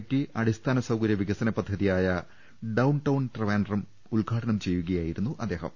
T അടിസ്ഥാന സൌകര്യ വികസന പദ്ധതിയായ ഡൌൺ ടൌൺ ട്രിവാൻഡ്രം ഉദ്ഘാടനം ചെയ്യുകയായിരുന്നു അദ്ദേഹം